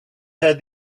heard